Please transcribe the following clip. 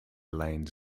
lanes